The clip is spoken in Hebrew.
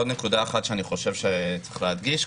עוד נקודה שאני חושב שצריך להדגיש.